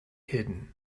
hidden